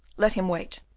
let him wait.